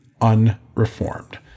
unreformed